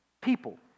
people